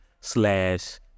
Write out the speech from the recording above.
slash